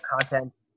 Content